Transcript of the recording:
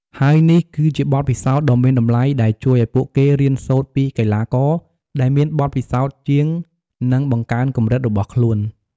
ហើយនេះគឺជាបទពិសោធន៍ដ៏មានតម្លៃដែលជួយឱ្យពួកគេរៀនសូត្រពីកីឡាករដែលមានបទពិសោធន៍ជាង និងបង្កើនកម្រិតរបស់ខ្លួន។